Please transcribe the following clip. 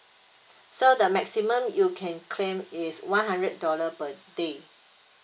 so the maximum you can claim is one hundred dollar per day